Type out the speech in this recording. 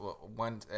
one